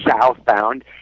southbound